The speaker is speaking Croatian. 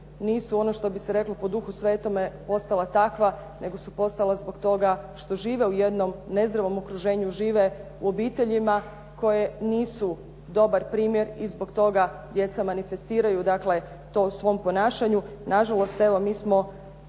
nisu ono što bi se reklo po Duhu Svetome postala takva nego su postala takva što žive u jednom nezdravom okruženju, žive u obiteljima koje nisu dobar primjer i zbog toga djeca manifestiraju dakle to u svom ponašanju. Nažalost, evo mi smo